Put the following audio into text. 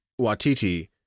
Watiti